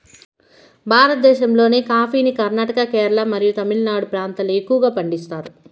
భారతదేశంలోని కాఫీని కర్ణాటక, కేరళ మరియు తమిళనాడు ప్రాంతాలలో ఎక్కువగా పండిస్తారు